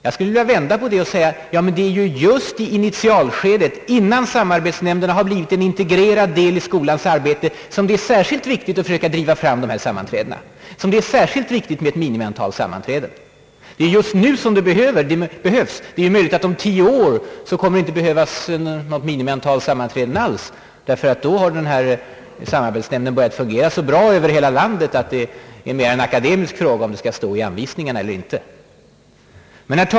Jag skulle vilja vända på detta och säga, att det just i initialskedet, innan samarbetsnämnderna har blivit en integrerad del i skolans arbete, som det är särskilt viktigt att försöka driva fram dessa sammanträden och som det är särskilt viktigt med ett minimiantal sammanträden. Det är just nu minimiantalet behövs, ty det är möjligt att det om 10 år inte kommer att behövas något minimiantal sammanträden alls. Då har kanske samarbetsnämnderna börjat fungera så bra över hela landet att det mera är en formell fråga om det skall stå i anvisningarna eller inte.